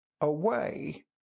away